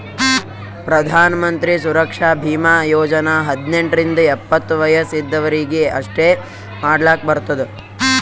ಪ್ರಧಾನ್ ಮಂತ್ರಿ ಸುರಕ್ಷಾ ಭೀಮಾ ಯೋಜನಾ ಹದ್ನೆಂಟ್ ರಿಂದ ಎಪ್ಪತ್ತ ವಯಸ್ ಇದ್ದವರೀಗಿ ಅಷ್ಟೇ ಮಾಡ್ಲಾಕ್ ಬರ್ತುದ